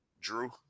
Drew